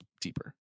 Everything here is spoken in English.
deeper